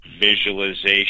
visualization